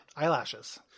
Eyelashes